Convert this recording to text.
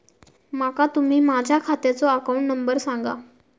माका तुम्ही माझ्या खात्याचो अकाउंट नंबर सांगा?